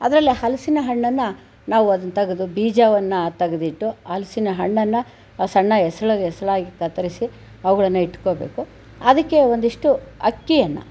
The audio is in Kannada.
ಅದರಲ್ಲಿ ಹಲಸಿನ ಹಣ್ಣನ್ನು ನಾವು ಅದನ್ನು ತೆಗೆದು ಬೀಜವನ್ನು ತೆಗೆದಿಟ್ಟು ಹಲಸಿನ ಹಣ್ಣನ್ನು ಸಣ್ಣ ಎಸಳು ಎಸಳಾಗಿ ಕತ್ತರಿಸಿ ಅವುಗಳನ್ನು ಇಟ್ಕೊಬೇಕು ಅದಕ್ಕೆ ಒಂದಿಷ್ಟು ಅಕ್ಕಿಯನ್ನು